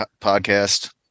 podcast